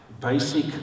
basic